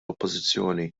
oppożizzjoni